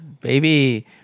Baby